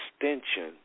extension